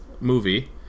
Movie